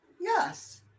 Yes